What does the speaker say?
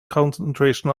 concentration